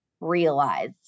realize